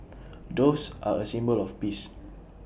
doves are A symbol of peace